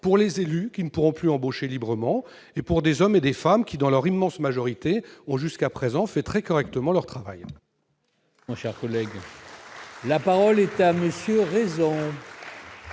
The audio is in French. pour les élus, qui ne pourront plus embaucher librement, et pour des hommes et des femmes qui, dans leur immense majorité, ont jusqu'à présent fait très correctement leur travail.